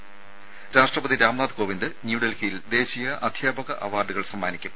രാംനാഥ് രാഷ്ട്രപതി കോവിന്ദ് ന്യൂഡൽഹിയിൽ ദേശീയ അധ്യാപക അവാർഡുകൾ സമ്മാനിക്കും